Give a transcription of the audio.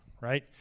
right